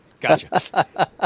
Gotcha